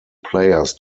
players